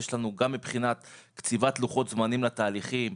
לנו גם קציבת לוחות זמנים לתהליכים,